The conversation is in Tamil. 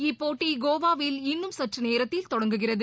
இப்போட்டி கோவாவில் இன்னும் சற்று நேரத்தில் தொடங்குகிறது